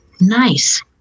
Nice